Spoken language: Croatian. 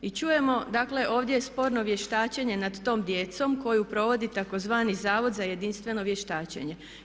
I čujemo, dakle ovdje je sporno vještačenje nad tom djecom koju provodi tzv. Zavod za jedinstveno vještačenje.